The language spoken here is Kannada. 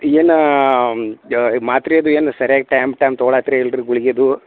ಏನ ಮಾತ್ರೆದು ಏನು ಸರ್ಯಾಗಿ ಟೈಮ್ ಟೈಮ್ ತಗೋಳಾತ್ರಿ ಇಲ್ರಿ ಗುಳ್ಗಿದು